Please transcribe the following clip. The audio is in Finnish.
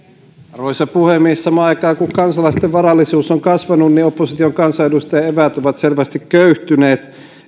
arvoisa puhemies samaan aikaan kun kansalaisten varallisuus on kasvanut opposition kansanedustajien eväät ovat selvästi köyhtyneet